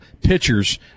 Pitchers